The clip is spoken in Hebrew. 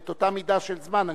את אותה מידה של זמן.